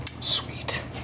Sweet